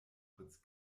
fritz